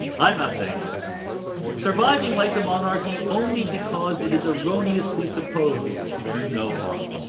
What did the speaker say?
i'm not saying this surviving like the monarchy only because it is erroneously supposed to do no harm